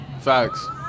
Facts